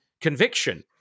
conviction